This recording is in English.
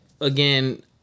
Again